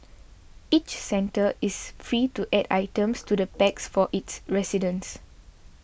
each centre is free to add items to the packs for its residents